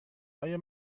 آیا